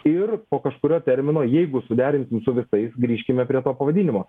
ir po kažkurio termino jeigu suderinsim su visais grįžkime prie to pavadinimo